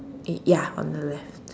eh ya on the left